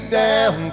down